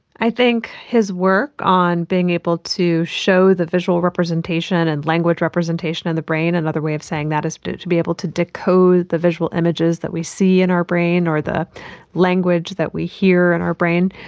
i think his work on being able to show the visual representation and language representation in and the brain, another way of saying that is to be able to decode the visual images that we see in our brain or the language that we hear in our brain.